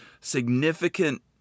significant